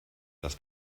das